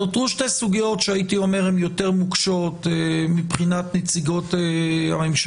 נותרו שתי סוגיות שהייתי אומר הן יותר נוקשות מבחינת נציגות הממשלה,